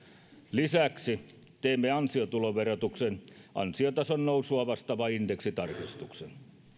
lisäksi teemme ansiotuloverotukseen ansiotason nousua vastaavan indeksitarkistuksen